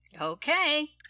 Okay